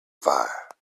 fire